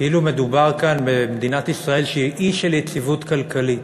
כאילו מדובר כאן במדינת ישראל שהיא אי של יציבות כלכלית